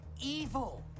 evil